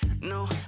no